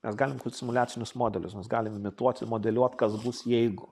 mes galim kurt simuliacinius modelius mes galim imituoti modeliuot kas bus jeigu